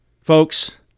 Folks